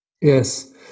Yes